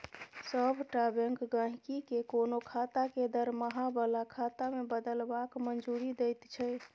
सभटा बैंक गहिंकी केँ कोनो खाता केँ दरमाहा बला खाता मे बदलबाक मंजूरी दैत छै